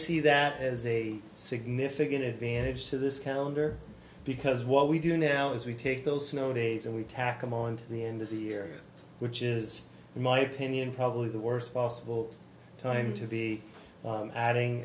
see that has a significant advantage to this calendar because what we do now is we take those snow days and we tack him on to the end of the year which is in my opinion probably the worst possible time to be adding